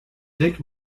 dick